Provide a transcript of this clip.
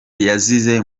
yazize